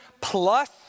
plus